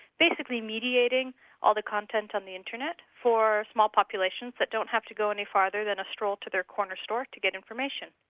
basically mediating all the content on the internet for small populations that don't have to go any further than a stroll to their corner store to get information.